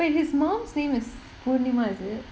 wait his mum's name is poornima is it